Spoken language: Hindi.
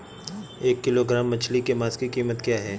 एक किलोग्राम मछली के मांस की कीमत क्या है?